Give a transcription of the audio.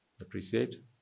appreciate